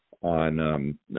on